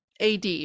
AD